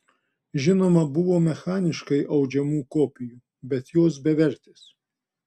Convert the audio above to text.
žinoma buvo mechaniškai audžiamų kopijų bet jos bevertės